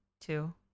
two